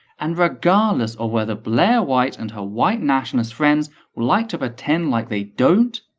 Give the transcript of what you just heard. and regardless of whether blaire white and her white nationalists friends would like to pretend like they don't,